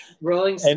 rolling